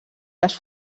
les